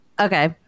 Okay